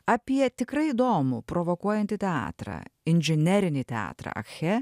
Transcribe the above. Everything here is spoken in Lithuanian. apie tikrai įdomų provokuojantį teatrą inžinerinį teatrą akche